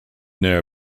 near